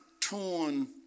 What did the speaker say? torn